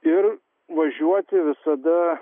ir važiuoti visada